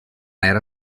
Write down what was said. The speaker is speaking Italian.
era